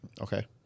Okay